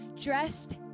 dressed